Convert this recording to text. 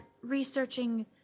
researching